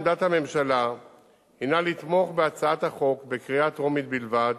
עמדת הממשלה הינה לתמוך בהצעת החוק בקריאה טרומית בלבד